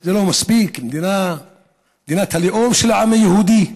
זה לא מספיק, מדינת הלאום של העם היהודי.